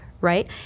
right